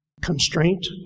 constraint